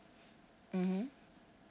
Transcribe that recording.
mmhmm